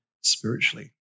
spiritually